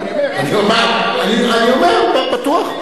לא, אני אומר, בטוח.